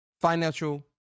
financial